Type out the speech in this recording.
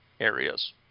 areas